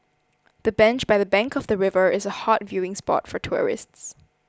the bench by the bank of the river is a hot viewing spot for tourists